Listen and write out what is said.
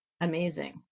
Amazing